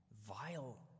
vile